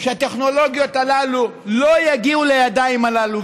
שהטכנולוגיות הללו לא יגיעו לידיים הללו,